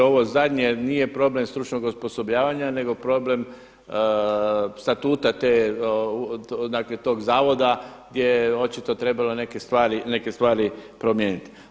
Ovo zadnje nije problem stručnog osposobljavanja nego problem statuta te, dakle tog zavoda gdje je očito trebalo neke stvari promijeniti.